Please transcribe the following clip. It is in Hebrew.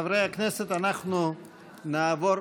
מאת חברי הכנסת עאידה תומא סלימאן,